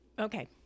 okay